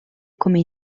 come